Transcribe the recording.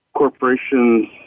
corporations